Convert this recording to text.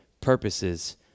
purposes